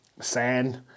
sand